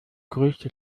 größte